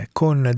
con